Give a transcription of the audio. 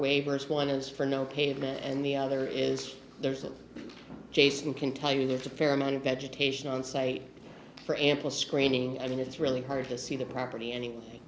waivers one of those for no pavement and the other is there's a jason can tell you there's a fair amount of vegetation on site for ample screening i mean it's really hard to see the property any